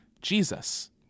Jesus